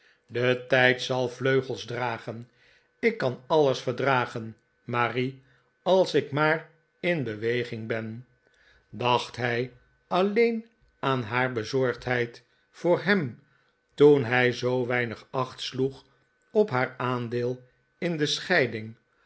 de tijd zal vleugels dragen ik kan alles verdragen marie als ik maar in beweging ben dacht hij alleen aan haar bezorgdheid voor hem toen hij zoo weiriig acht sloeg op haar aandeel in de scheiding